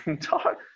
Talk